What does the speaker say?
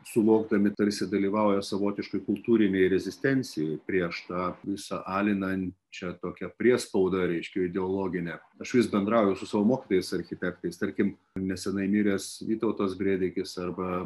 suvokdami tarsi dalyvaują savotiškai kultūrinei rezistencijai prieš tą visą alinančią tokią priespaudą reiškia ideologinę aš vis bendrauju su savo mokytojais architektais tarkim neseniai miręs vytautas brėdikis arba